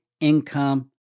income